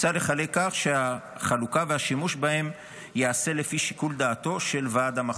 מוצע לחלק כך שהחלוקה והשימוש בהם ייעשו לפי שיקול דעתו של ועד המחוז,